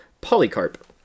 Polycarp